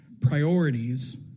priorities